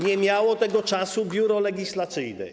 Nie miało tego czasu Biuro Legislacyjne.